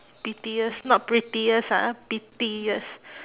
pettiest not prettiest ah pettiest